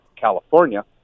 California